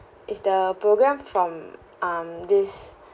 is the program from um this